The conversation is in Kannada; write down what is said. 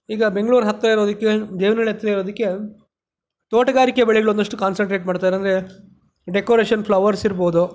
ಈಗ ಬೆಂಗ್ಳೂರು ಹತ್ತಿರ ಇರೋದಕ್ಕೆ ದೇವನಹಳ್ಳಿ ಹತ್ತಿರ ಇರೋದಕ್ಕೆ ತೋಟಗಾರಿಕೆ ಬೆಳೆಗಳು ಒಂದಷ್ಟು ಕಾನ್ಸನ್ಟ್ರೇಟ್ ಮಾಡ್ತಾರೆ ಅಂದರೆ ಡೆಕೋರೇಷನ್ ಫ್ಲವರ್ಸ್ ಇರ್ಬೋದು